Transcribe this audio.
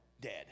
dead